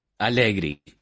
Allegri